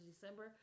December